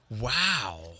Wow